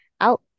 out